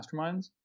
masterminds